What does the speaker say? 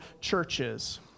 churches